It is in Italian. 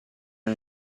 non